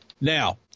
Now